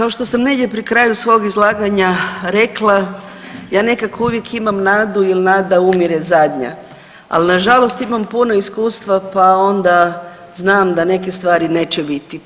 Kao što sam negdje pri kraju svog izlaganja rekla ja nekako uvijek imam nadu jel nada umire zadnja, al nažalost imam puno iskustva pa onda znam da neke stvari neće biti.